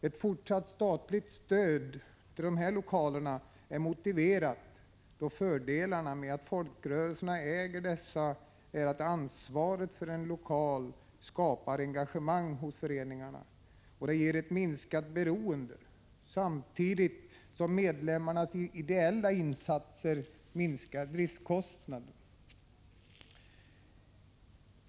Ett fortsatt statligt stöd till dessa lokaler är motiverat, då fördelarna med att folkrörelserna äger dessa är att ansvaret för en lokal skapar engagemang hos föreningarna och ger ett minskat beroende samtidigt som medlemmarnas ideella insatser minskar driftskostnaden.